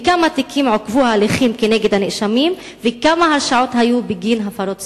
בכמה תיקים עוכבו ההליכים כנגד הנאשמים וכמה הרשעות היו בגין הפרות סדר?